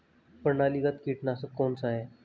प्रणालीगत कीटनाशक कौन सा है?